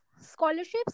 Scholarships